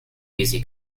easy